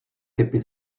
typy